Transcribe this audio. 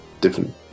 Different